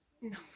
No